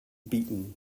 beaten